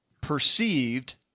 perceived